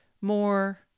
more